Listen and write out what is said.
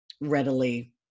readily